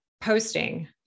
posting